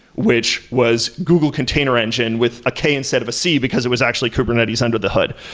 which was google kontainer engine with a k instead of a c, because it was actually kubernetes under the hood,